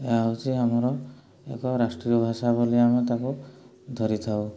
ଏହା ହେଉଛି ଆମର ଏକ ରାଷ୍ଟ୍ରୀୟ ଭାଷା ବୋଲି ଆମେ ତାକୁ ଧରିଥାଉ